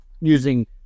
using